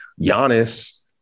Giannis